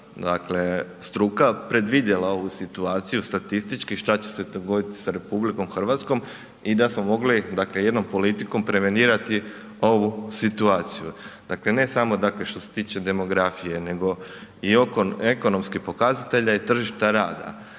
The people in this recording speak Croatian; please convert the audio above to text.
dakle struka predvidjela ovu situaciju statistički šta će se dogoditi sa RH i da smo mogli dakle jednom politikom prevenirati ovu situaciju. Dakle, ne samo dakle što se tiče demografije nego i ekonomskih pokazatelja i tržišta rada.